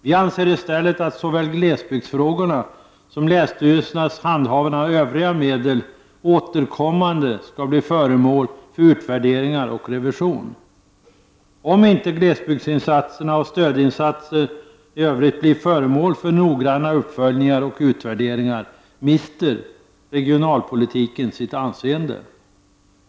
Vi anser i stället att såväl glesbygdsfrågorna som länsstyrelsernas handhavande av övriga medel återkommande skall bli föremål för utvärderingar och revision. Om inte glesbygdsinsatserna och stödinsatserna i övrigt blir föremål för noggranna uppföljningar och utvärderingar, mister regionalpolitiken sitt anseende.